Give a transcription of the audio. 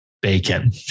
bacon